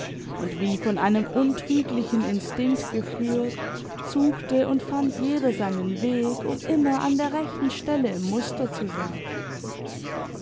und wie von einem untrüglichen instinkt geführt suchte und fand jeder seinen weg um immer an der rechten stelle im muster zu sein